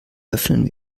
öffnen